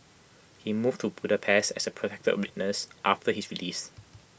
he moved to Budapest as A protected witness after his release